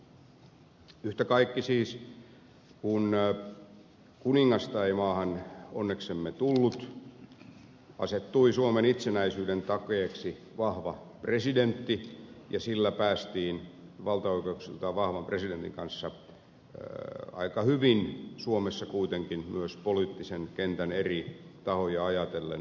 yhtä kaikki siis kun kuningasta ei maahan onneksemme tullut asettui suomen itsenäisyyden takeeksi vahva presidentti ja sillä päästiin valtaoikeuksiltaan vahvan presidentin kanssa aika hyvin suomessa kuitenkin myös poliittisen kentän eri tahoja ajatellen liikkeelle